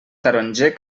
taronger